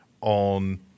on